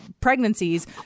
pregnancies